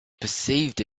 perceived